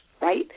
right